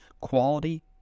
quality